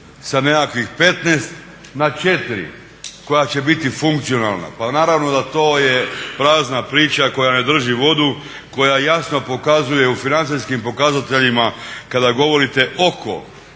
sa nekakvih 15 na 4 koja će biti funkcionalna. Pa naravno da to je prazna priča koja ne drži vodu, koja jasno pokazuje u financijskim pokazateljima kada govorite oko